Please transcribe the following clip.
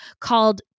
called